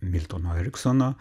miltono eriksono